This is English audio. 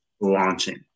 launching